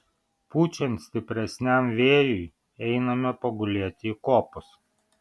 pučiant stipresniam vėjui einame pagulėti į kopas